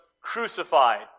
crucified